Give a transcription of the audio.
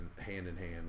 hand-in-hand